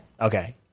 Okay